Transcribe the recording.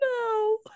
No